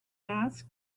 asked